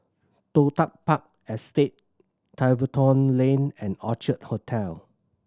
Toh Tuck Park Estate Tiverton Lane and Orchard Hotel